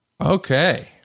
Okay